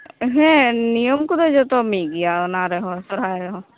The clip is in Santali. ᱦᱮᱸ ᱱᱤᱭᱚᱢ ᱠᱚᱫᱚ ᱡᱚᱛᱚ ᱢᱤᱫ ᱜᱮᱭᱟ ᱚᱱᱟ ᱨᱮᱦᱚᱸ ᱥᱚᱦᱚᱨᱟᱭ ᱨᱮᱦᱚᱸ